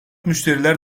müşteriler